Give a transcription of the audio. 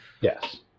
Yes